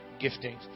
giftings